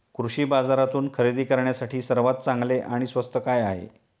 कृषी बाजारातून खरेदी करण्यासाठी सर्वात चांगले आणि स्वस्त काय आहे?